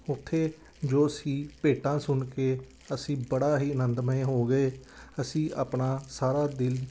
ਉੱਥੇ ਜੋ ਸੀ ਭੇਟਾਂ ਸੁਣ ਕੇ ਅਸੀਂ ਬੜਾ ਹੀ ਆਨੰਦਮਈ ਹੋ ਗਏ ਅਸੀਂ ਆਪਣਾ ਸਾਰਾ ਦਿਲ